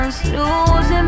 Losing